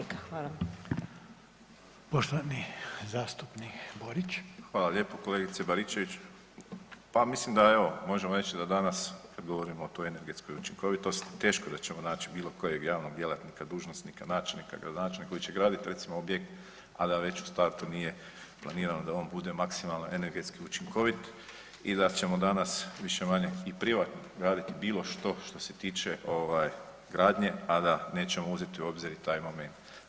Hvala lijepo kolegice Baričević, pa mislim da evo možemo reći da danas kad govorimo o toj energetskoj učinkovitosti teško da ćemo naći bilo kojeg javnog djelatnika, dužnosnika, načelnika, gradonačelnika koji će gradit recimo objekt, a da već u startu nije planirano da on bude maksimalno energetski učinkovit i da ćemo danas više-manje i privatno radit bilo što što se tiče ovaj gradnje, a da nećemo uzeti u obzir i taj moment.